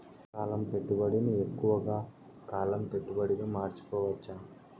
తక్కువ కాలం పెట్టుబడిని ఎక్కువగా కాలం పెట్టుబడిగా మార్చుకోవచ్చా?